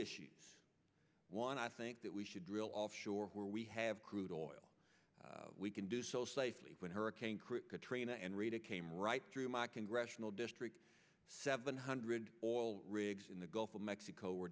issues one i think that we should drill offshore where we have crude oil we can do so safely when hurricane katrina and rita came right through my congressional district seven hundred all rigs in the gulf of mexico were